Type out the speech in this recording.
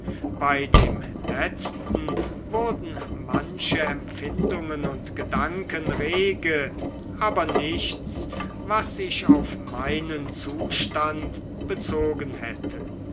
bei dem letzten wurden manche empfindungen und gedanken rege aber nichts was sich auf meinen zustand bezogen hätte